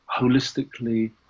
holistically